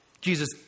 Jesus